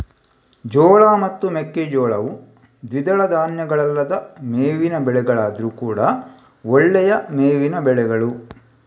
ಜೋಳ ಮತ್ತು ಮೆಕ್ಕೆಜೋಳವು ದ್ವಿದಳ ಧಾನ್ಯಗಳಲ್ಲದ ಮೇವಿನ ಬೆಳೆಗಳಾದ್ರೂ ಕೂಡಾ ಒಳ್ಳೆಯ ಮೇವಿನ ಬೆಳೆಗಳು